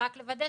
רק לוודא